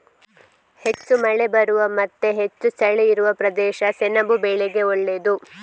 ಹೆಚ್ಚು ಮಳೆ ಬರುವ ಮತ್ತೆ ಹೆಚ್ಚು ಚಳಿ ಇರುವ ಪ್ರದೇಶ ಸೆಣಬು ಬೆಳೆಗೆ ಒಳ್ಳೇದು